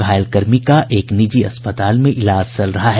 घायल कर्मी का एक निजी अस्पताल में इलाज चल रहा है